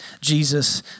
Jesus